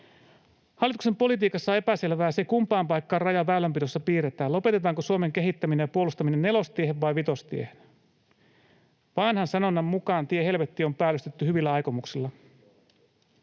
Hallituksen politiikassa on epäselvää se, kumpaan paikkaan raja väylänpidossa piirretään: lopetetaanko Suomen kehittäminen ja puolustaminen Nelostiehen vai Vitostiehen. Vanhan sanonnan mukaan tie helvettiin on päällystetty hyvillä aikomuksilla.